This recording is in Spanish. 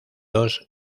dos